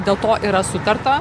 dėl to yra sutarta